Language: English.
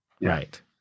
Right